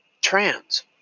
trans